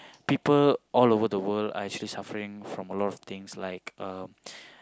people all over the world are actually suffering from a lot of things like um